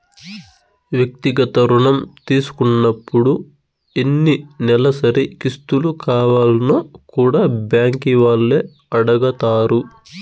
వ్యక్తిగత రుణం తీసుకున్నపుడు ఎన్ని నెలసరి కిస్తులు కావాల్నో కూడా బ్యాంకీ వాల్లే అడగతారు